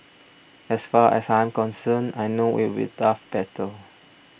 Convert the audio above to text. as far as I'm concerned I know it will tough battle